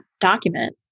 document